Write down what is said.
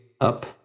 up